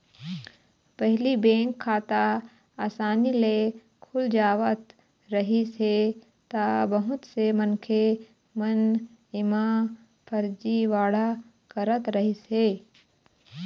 पहिली बेंक खाता असानी ले खुल जावत रहिस हे त बहुत से मनखे मन एमा फरजीवाड़ा करत रहिस हे